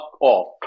off